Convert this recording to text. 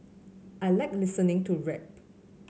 I like listening to rap